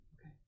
Okay